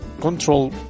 control